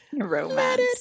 Romance